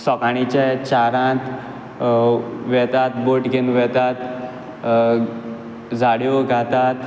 सोकाणचे चारांत वेतात बोट घेवन वेतात जाड्यो घातात